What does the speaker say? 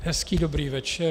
Hezký dobrý večer.